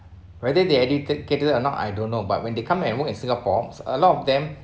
whether they educate~ cated~ or not I don't know but when they come and work in singapore a lot of them